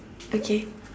okay